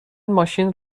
ماشین